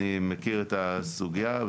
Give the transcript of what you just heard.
אני מכיר את הסוגייה,